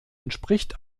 entspricht